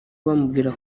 bamubwira